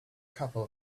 couple